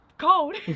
cold